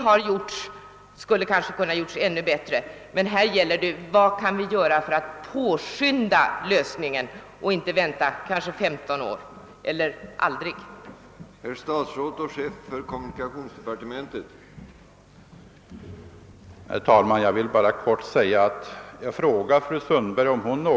Saken som sådan skulle kanske ha kunnat ordnas ännu bättre, men här gäller frågan vad vi nu kan göra för att påskynda en lösning, så att vi slipper vänta i 15 år eller kanske aldrig får till stånd någon lösning.